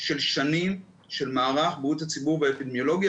של שנים של מערך בריאות הציבור והאפידמיולוגיה,